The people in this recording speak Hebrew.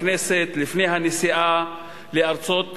את נאומך בכנסת לפני הנסיעה לארצות-הברית,